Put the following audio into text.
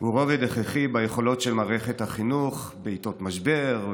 הוא רובד הכרחי ביכולות של מערכת החינוך בעיתות משבר,